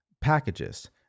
packages